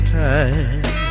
time